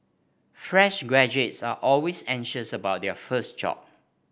fresh graduates are always anxious about their first job